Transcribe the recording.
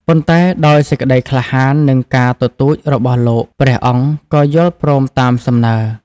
ប៉ុន្តែដោយសេចក្ដីក្លាហាន និងការទទូចរបស់លោក ព្រះអង្គក៏យល់ព្រមតាមសំណើ។